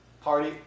Party